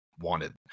wanted